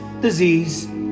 disease